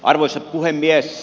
arvoisa puhemies